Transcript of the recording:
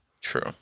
True